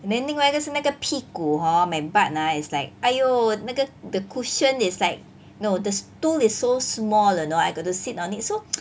and then 另外一个是那个屁股 hor my butt ah is like !aiyo! 那个 the cushion is like no the stool is so small you know I got to sit on it so